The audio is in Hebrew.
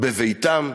בביתם,